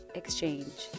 exchange